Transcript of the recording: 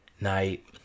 night